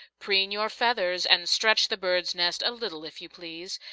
preen your feathers, and stretch the birds' nest a little, if you please,